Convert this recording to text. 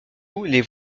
les